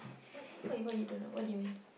what what you don't know what you mean